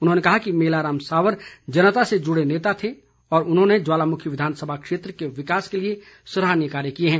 उन्होंने कहा कि मेलाराम सावर जनता से जुड़े नेता थे और उन्होंने ज्वालामुखी विधानसभा क्षेत्र के विकास के लिए सराहनीय कार्य किए हैं